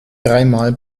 dreimal